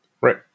right